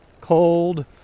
cold